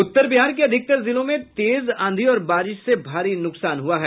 उत्तर बिहार के अधिकतर जिलों में तेज आंधी और बारिश से भारी नुकसान हुआ है